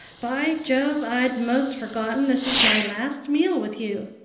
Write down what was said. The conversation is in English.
by jove! i'd most forgotten this is my last meal with you.